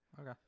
okay